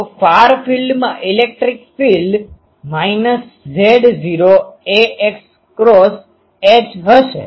તો ફાર ફિલ્ડમાં electric field Z0ar×Hમાઈનસ Z0 ar ક્રોસ H હશે